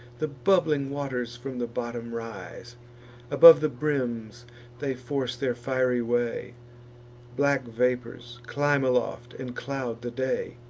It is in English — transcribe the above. the bubbling waters from the bottom rise above the brims they force their fiery way black vapors climb aloft, and cloud the day.